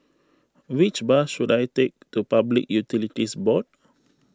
which bus should I take to Public Utilities Board